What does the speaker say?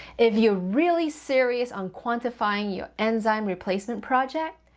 if you're really serious on quantifying your enzyme replacement project,